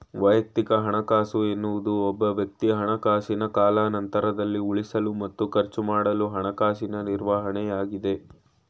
ವೈಯಕ್ತಿಕ ಹಣಕಾಸು ಎನ್ನುವುದು ಒಬ್ಬವ್ಯಕ್ತಿ ಹಣಕಾಸಿನ ಕಾಲಾನಂತ್ರದಲ್ಲಿ ಉಳಿಸಲು ಮತ್ತು ಖರ್ಚುಮಾಡಲು ಹಣಕಾಸಿನ ನಿರ್ವಹಣೆಯಾಗೈತೆ